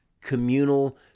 communal